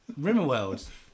Rimmerworld